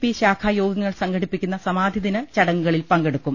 P ശാഖാ യോ ഗങ്ങൾ സംഘടിപ്പിക്കുന്ന സമാധിദിന ചടങ്ങുകളിൽ പങ്കെ ടുക്കും